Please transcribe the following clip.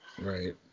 Right